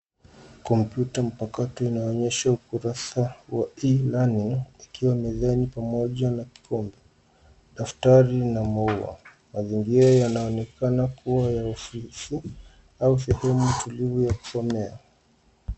Kompyuta mpakato inaonyesha ukurasa wa e-learning ikiwa mezani pamoja na kikombe, daftari na maua. Mazingira yanaonekana kuwa ya ofisi au sehemu tulivu yakusomea.